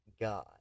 God